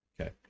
Okay